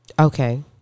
Okay